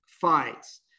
fights